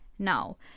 Now